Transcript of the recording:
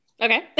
Okay